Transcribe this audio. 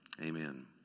Amen